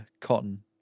cotton